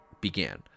began